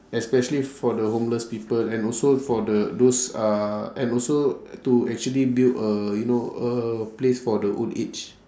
especially for the homeless people and also for the those uh and also to actually build a you know a place for the old age